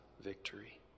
victory